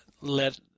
let